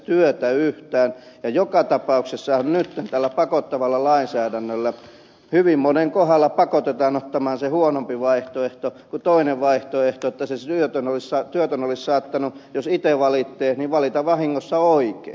ja joka tapauksessa nyt tällä pakottavalla lainsäädännöllä hyvin monen kohdalla pakotetaan ottamaan se huonompi vaihtoehto kun se toinen vaihtoehto olisi ollut että se työtön olisi saattanut jos itse valitsee valita vahingossa oikein